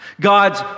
God's